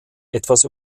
etwas